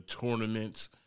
tournaments